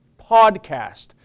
PODCAST